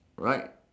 right